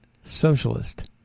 Socialist